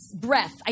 breath